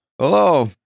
Hello